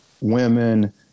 Women